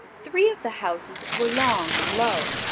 three of the houses were long and low,